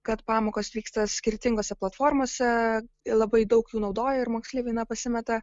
kad pamokos vyksta skirtingose platformose labai daug jų naudoja ir moksleiviai na pasimeta